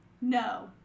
no